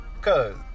Cause